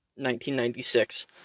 1996